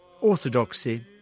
Orthodoxy